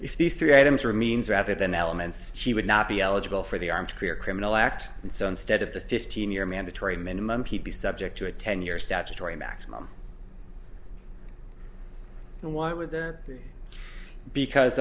these three items are means rather than elements she would not be eligible for the arm to clear criminal act and so instead of the fifteen year mandatory minimum p p subject to a ten year statutory maximum and why would the because